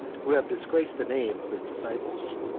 who have disgraced the name of his disciples.